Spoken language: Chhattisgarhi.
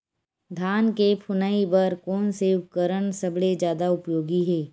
धान के फुनाई बर कोन से उपकरण सबले जादा उपयोगी हे?